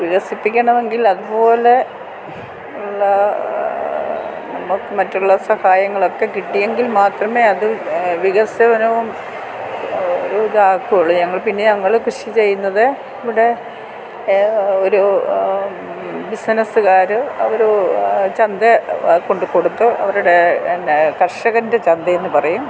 വികസിപ്പിക്കണമെങ്കിൽ അതുപോലെ ഉള്ള നമ്മൾക്ക് മറ്റുള്ള സഹായങ്ങളൊക്കെ കിട്ടിയെങ്കിൽ മാത്രമേ അത് വികസനവും ഒരിതാക്കുകയുള്ളൂ ഞങ്ങൾ പിന്നെ ഞങ്ങൾ കൃഷി ചെയ്യുന്നത് ഇവിടെ ഒരു ബിസിനസ്സ്കാർ അവർ ചന്ത കൊണ്ടുക്കൊടുത്ത് അവരുടെ കർഷകൻ്റെ ചന്തയെന്ന് പറയും